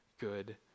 good